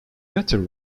better